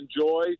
enjoy